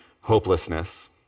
hopelessness